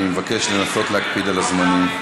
אני מבקש לנסות להקפיד על הזמנים.